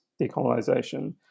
decolonization